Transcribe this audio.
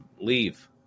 leave